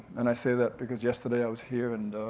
and i say that, because yesterday i was here, and